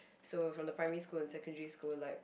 so from the primary school and secondary school like